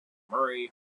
murray